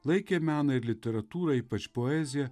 laikė meną ir literatūrą ypač poeziją